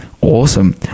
Awesome